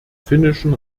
finnischen